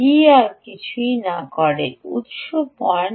র কিছুই না করে উত্স পয়েন্ট